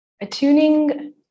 Attuning